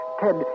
Ted